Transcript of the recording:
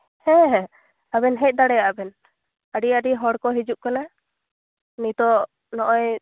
ᱦᱮᱸ ᱦᱮᱸ ᱟᱵᱮᱱ ᱦᱮᱡ ᱫᱟᱲᱮᱭᱟᱜᱼᱟ ᱵᱮᱱ ᱟᱹᱰᱤ ᱟᱹᱰᱤ ᱦᱚᱲ ᱠᱚ ᱦᱤᱡᱩᱜ ᱠᱟᱱᱟ ᱱᱤᱛᱳᱜ ᱱᱚᱜᱼᱚᱭ